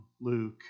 Luke